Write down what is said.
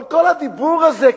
אבל כל הדיבור הזה,